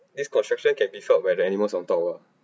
its construction can be felt where the animal's on top what